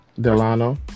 Delano